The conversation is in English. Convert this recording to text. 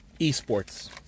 Esports